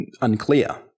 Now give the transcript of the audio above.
unclear